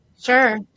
Sure